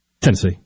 Tennessee